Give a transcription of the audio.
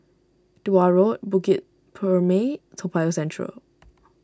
Tuah Road Bukit Purmei Toa Payoh Central